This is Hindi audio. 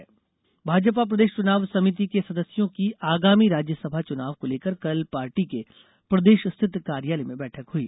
भाजपा बैठक भाजपा प्रदेश चुनाव समिति के सदस्यों की आगामी राज्यसभा चुनाव को लेकर कल पार्टी के प्रदेश स्थित कार्यालय में बैठक हई